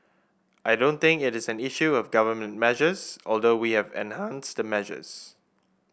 I don't think it is an issue of government measures although we have enhanced the measures